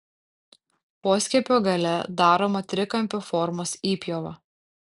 poskiepio gale daroma trikampio formos įpjova